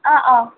অঁ অঁ